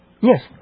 Yes